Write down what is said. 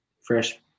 Fresh